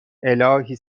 الهی